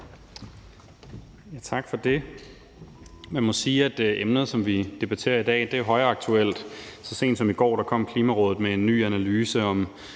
Tak for det. Man må sige, at emnet, som vi debatterer i dag, er højaktuelt. Så sent som i går kom Klimarådet med en ny analyse om